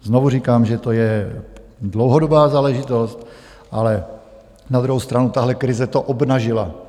Znovu říkám, že to je dlouhodobá záležitost, ale na druhou stranu tahle krize to obnažila.